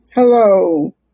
Hello